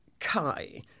Kai